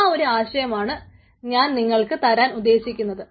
ആ ഒരു ആശയമാണ് ഞാൻ നിങ്ങൾക്ക് തരാൻ ഉദ്ദേശിക്കുന്നത്